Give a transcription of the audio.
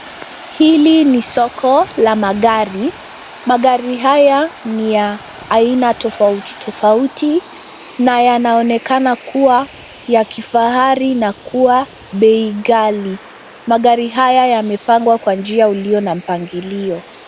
Hili ni soko la magari. Magari haya ni ya aina tofauti tofauti na yanaonekana kuwa ya kifahari na kuwa bei ghali. Magari haya yamepangwa kwa njia uliyo na mpangilio.